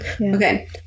Okay